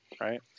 Right